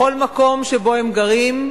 בכל מקום שבו הם גרים,